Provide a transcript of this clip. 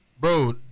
Bro